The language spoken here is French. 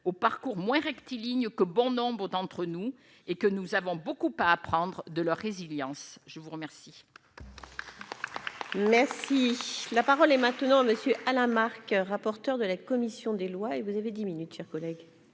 au parcours moins rectiligne que bon nombres d'entre nous et que nous avons beaucoup à apprendre de leur résilience, je vous remercie. Merci, la parole est maintenant à monsieur à la rapporteur de la commission des lois, et vous avez 10 minutes chers collègues.